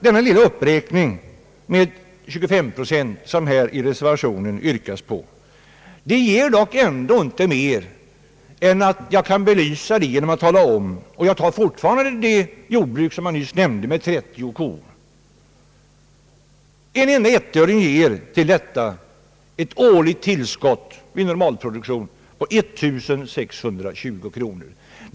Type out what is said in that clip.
Den lilla uppräkning med 23 procent som yrkas i reservationen ger ändå inte mer än 21/2 öre per kg mjölk. Jag kan belysa vad detta innebär genom att fortfarande som exempel ta det nyssnämnda jordbruket med 30 kor. Uppräkning med 1 öre ger ett årligt tillskott av 1620 kronor vid normalproduktion.